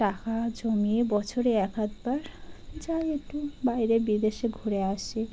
টাকা জমিয়ে বছরে এক হাতবার যাই একটু বাইরে বিদেশে ঘুরে আসে